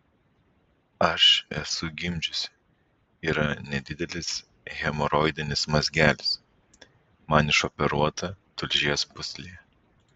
aš esu gimdžiusi yra nedidelis hemoroidinis mazgelis man išoperuota tulžies pūslė